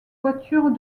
voitures